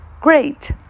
Great